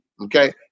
Okay